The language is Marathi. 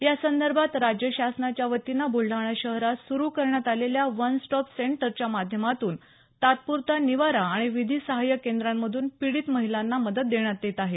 यासंदर्भात राज्य शासनाच्या वतीनं ब्लडाणा शहरात सुरू करण्यात आलेल्या वन स्टॉप सेंन्टर च्या माध्यमातून तात्पुरता निवारा आणि विधी सहाय्य केंद्रामधून पीडित महिलांना मदत देण्यात येत आहे